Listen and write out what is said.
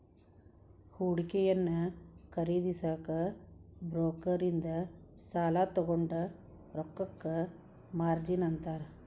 ಹೂಡಿಕೆಯನ್ನ ಖರೇದಿಸಕ ಬ್ರೋಕರ್ ಇಂದ ಸಾಲಾ ತೊಗೊಂಡ್ ರೊಕ್ಕಕ್ಕ ಮಾರ್ಜಿನ್ ಅಂತಾರ